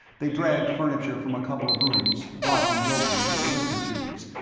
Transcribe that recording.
they dragged furniture from a couple of rooms, blocking the openings of the lifter tubes,